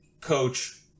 coach